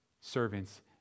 servants